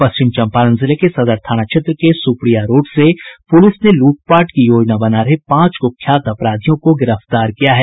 पश्चिम चंपारण जिले के सदर थाना क्षेत्र के सुप्रिया रोड से पुलिस ने लूटपाट की योजना बना रहे पांच कुख्यात अपराधियों को गिरफ्तार कर लिया है